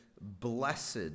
blessed